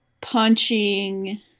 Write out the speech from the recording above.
Punching